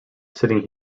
sitting